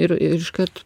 ir iškart